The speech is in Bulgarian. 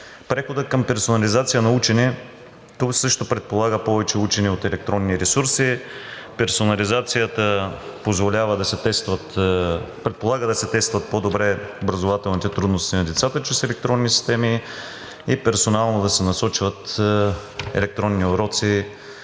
Преходът към персонализация на учене също предполага повече учене от електронни ресурси. Персонализацията предполага да се тестват по-добре образователните трудности на децата чрез електронни системи и персонално да се насочват електронни уроци,